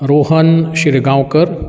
Rohan Shirgaonkar